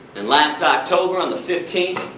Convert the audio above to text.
and last october on the fifteenth,